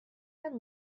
and